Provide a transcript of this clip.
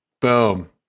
Boom